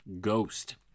ghost